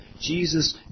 Jesus